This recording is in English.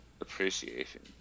appreciation